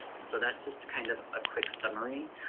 and so that's just kind of a quick summary.